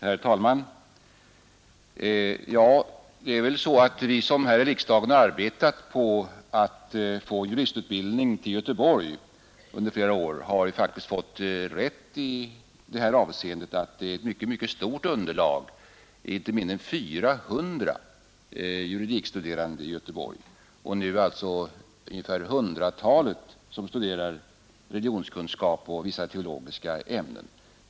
Herr talman! Vi som under flera år här i riksdagen arbetat på att få juristutbildning till Göteborg har faktiskt fått rätt i det avseendet att det finns ett mycket stort underlag för sådan utbildning. Det är inte mindre än 400 juridikstuderande i Göteborg, och ungefär hundratalet studerar religionskunskap och vissa teologiska ämnen.